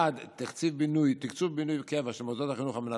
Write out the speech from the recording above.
1. תקצוב בינוי קבע של מוסדות החינוך על מנת